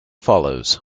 follows